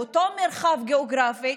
באותו מרחב גיאוגרפי,